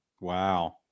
wow